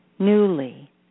Newly